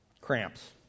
Cramps